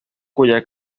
cuya